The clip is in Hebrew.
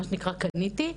מה שנקרא קניתי,